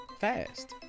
fast